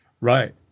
right